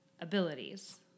abilities